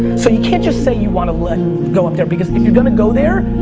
so you can't just say you want to like go up there, because if you're gonna go there,